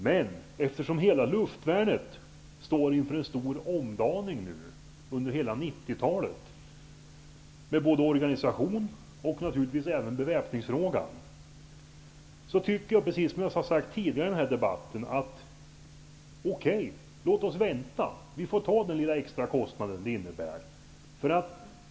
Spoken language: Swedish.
Men eftersom hela luftvärnet står inför en stor omdaning under 90-talet, både vad gäller organisation och naturligtvis i beväpningsfrågan, tycker jag, precis som jag har sagt tidigare i den här debatten, att det är okej för oss att vänta. Vi får ta den lilla extra kostnad det innebär.